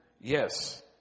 yes